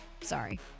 sorry